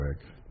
quick